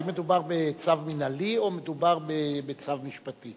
האם מדובר בצו מינהלי או מדובר בצו משפטי?